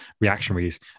reactionaries